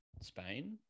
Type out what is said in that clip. Spain